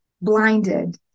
blinded